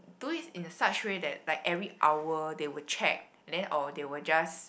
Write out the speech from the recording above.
do it in a such way that like every hour they will check then or they will just